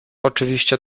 oczywiście